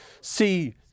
see